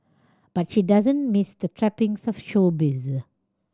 but she doesn't miss the trappings showbiz